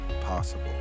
possible